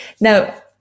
Now